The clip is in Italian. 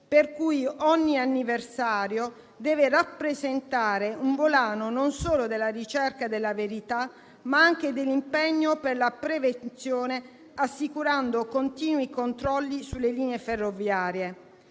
Pertanto, ogni anniversario deve rappresentare un volano, non solo della ricerca della verità, ma anche dell'impegno per la prevenzione, assicurando continui controlli sulle linee ferroviarie.